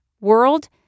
world